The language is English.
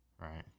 Right